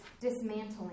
dismantling